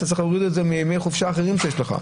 אתה צריך להוריד את זה מימי חופשה אחרים שיש לך.